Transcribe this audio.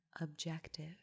objective